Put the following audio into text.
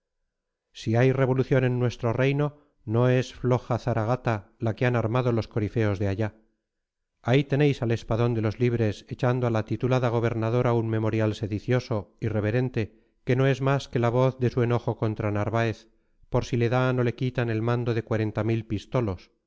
si hay revolución en nuestro reino no es floja zaragata la que han armado los corifeos de allá ahí tenéis al espadón de los libres echando a la titulada gobernadora un memorial sedicioso irreverente que no es más que la voz de su enojo contra narváez por si le dan o le quitan el mando de cuarenta mil pistolos